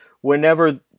whenever